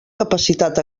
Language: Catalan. capacitat